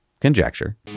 conjecture